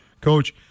Coach